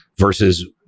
versus